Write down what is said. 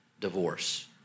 divorce